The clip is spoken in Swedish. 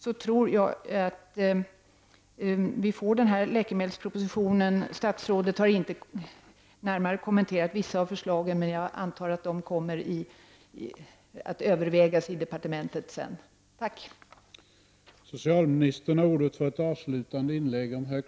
Statsrådet har inte kommenterat vissa av de förslag som har tagits upp, men jag antar att de kommer att övervägas i departementet inför den kommande läkemedelspropositionen.